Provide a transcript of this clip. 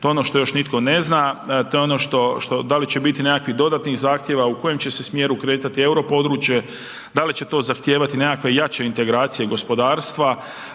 to je ono što još nitko ne zna, to je ono što, da li će biti nekakvih dodatnih zahtjeva, u kojem će se smjeru kretati euro područje, da li će to zahtijevati nekakve jače integracije gospodarstva